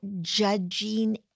judging